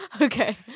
Okay